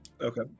okay